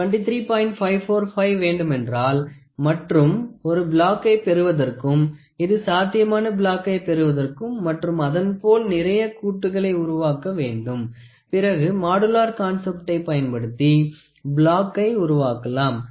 545 வேண்டுமென்றால் மற்றும் ஒரு பிளாக்கை பெறுவதற்கும் இது சாத்தியமான பிளாக்கை பெறுவதற்கும் மற்றும் அதன் போல் நிறைய கூட்டுகளை உருவாக்க வேண்டும் பிறகு மாடுலர் கான்சப்ட்டை பயன்படுத்தி பிளாக்கை உருவாக்கலாம்